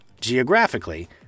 geographically